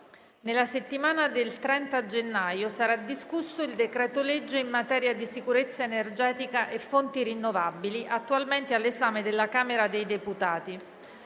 Nella settimana del 30 gennaio sarà discusso il decreto-legge in materia di sicurezza energetica e fonti rinnovabili, attualmente all'esame della Camera dei deputati.